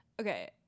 Okay